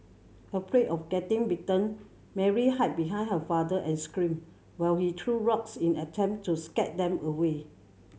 afraid of getting bitten Mary hid behind her father and screamed while he threw rocks in an attempt to scare them away